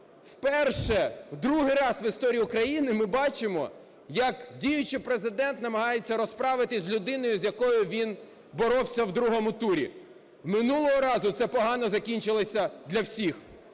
Вперше, в другий раз в історії України ми бачимо, як діючий Президент намагається розправитися з людиною, з якою він боровся у другому турі. Минулого разу це погано закінчилося для всіх.